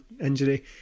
injury